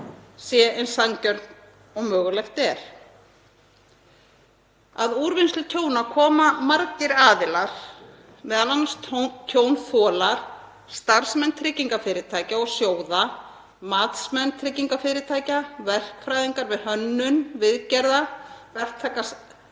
sé eins sanngjörn og mögulegt er. Að úrvinnslu tjóna koma margir aðilar, m.a. tjónþolar, starfsmenn tryggingafyrirtækja og sjóða, matsmenn tryggingafyrirtækja, verkfræðingar við hönnun viðgerða, verktakar